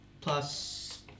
Plus